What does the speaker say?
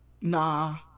Nah